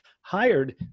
hired